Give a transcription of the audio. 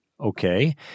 okay